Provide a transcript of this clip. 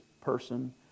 person